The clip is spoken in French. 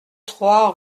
trois